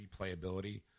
replayability